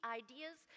ideas